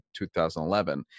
2011